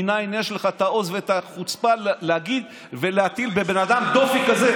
מנין יש לך את העוז ואת החוצפה להגיד ולהטיל בבן אדם דופי כזה?